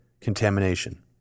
contamination